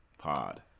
Pod